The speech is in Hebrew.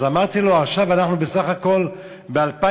אז אמרתי לו: עכשיו אנחנו בסך הכול ב-2005,